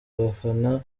abafana